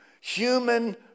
human